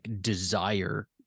desire